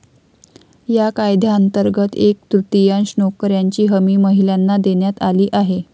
या कायद्यांतर्गत एक तृतीयांश नोकऱ्यांची हमी महिलांना देण्यात आली आहे